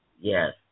Yes